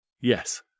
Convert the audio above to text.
Yes